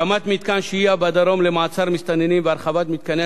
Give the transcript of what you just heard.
הקמת מתקן שהייה בדרום למעצר מסתננים והרחבת מתקני